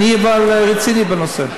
אבל אני רציני בנושא.